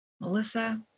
Melissa